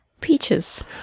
Peaches